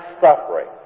suffering